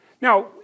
Now